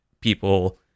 people